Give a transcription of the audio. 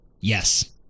yes